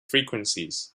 frequencies